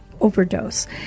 overdose